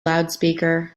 loudspeaker